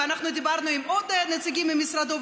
ודיברנו עם עוד נציגים ממשרדו,